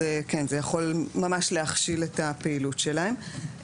כן, זה יכול ממש להכשיל את הפעילות שלהם.